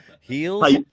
Heels